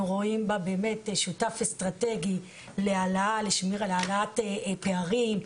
אנחנו רואים בה שותף אסטרטגי להעלאת פערים,